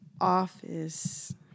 office